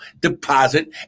deposit